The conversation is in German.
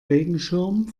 regenschirm